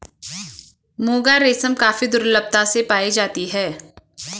मुगा रेशम काफी दुर्लभता से पाई जाती है